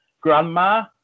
grandma